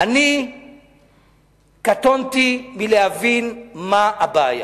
קטונתי מלהבין מה הבעיה.